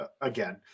again